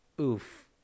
Oof